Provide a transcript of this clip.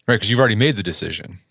because you've already made the decision,